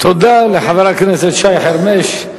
תודה לחבר הכנסת שי חרמש.